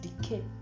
decay